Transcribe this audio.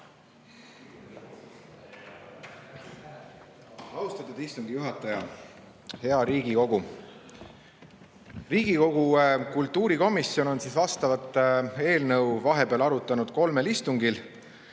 Austatud istungi juhataja! Hea Riigikogu! Riigikogu kultuurikomisjon on seda eelnõu vahepeal arutanud kolmel istungil. Pikem